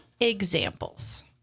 examples